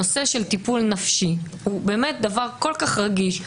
הנושא של טיפול נפשי הוא דבר כל כך רגיש,